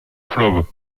fleuve